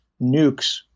nukes